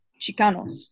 Chicanos